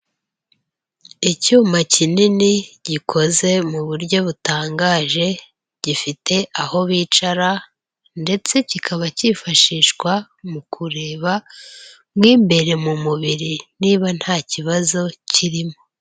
Icyuma kinini gikoze mu buryo butangaje gifite aho bicara ndetse kikaba cyifashishwa mu kureba mo imbere mu mubiri niba nta kibazo kirimo.